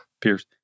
Pierce